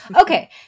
okay